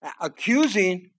Accusing